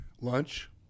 Lunch